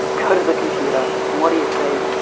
kind of the computer, and what do you see?